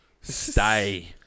stay